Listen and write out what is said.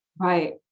Right